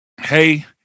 hey